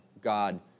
God